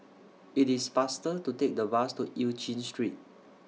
IT IS faster to Take The Bus to EU Chin Street